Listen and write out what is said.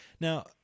Now